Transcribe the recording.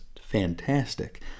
fantastic